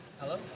Hello